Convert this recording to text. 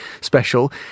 special